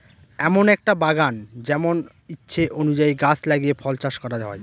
এমন একটা বাগান যেমন ইচ্ছে অনুযায়ী গাছ লাগিয়ে ফল চাষ করা হয়